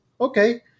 okay